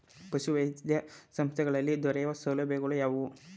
ಪಶುವೈದ್ಯ ಸಂಸ್ಥೆಗಳಲ್ಲಿ ದೊರೆಯುವ ಸೌಲಭ್ಯಗಳು ಯಾವುವು?